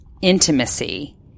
intimacy